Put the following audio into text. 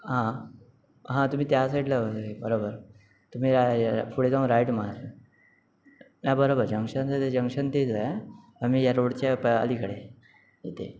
हां हां तुम्ही त्या साईडला होते बरोबर तुम्ही रा पुढे जाऊन राईट मारा हां बरोबर जंक्शन त्याचे जंक्शन तेच आहे आणि या रोडच्या पॅ अलीकडे आहे ते